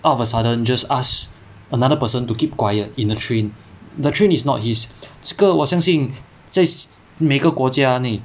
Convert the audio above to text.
out of a sudden just ask another person to keep quiet in the train the train is not his 这个我相信这每个国家内